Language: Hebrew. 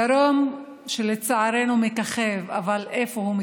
הדרוםף שלצערנו מככב, אבל איפה הוא מככב?